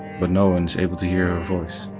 but no one is able to hear her voice.